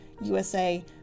USA